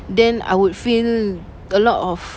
then I would feel a lot of